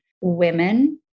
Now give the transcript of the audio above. women